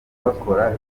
bakora